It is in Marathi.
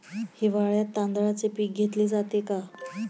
हिवाळ्यात तांदळाचे पीक घेतले जाते का?